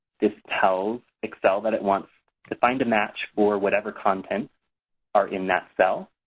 this tells excel that it wants to find a match for whatever content are in that cell.